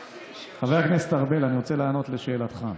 חבר הכנסת ארבל, אני רוצה לענות לשאלתך.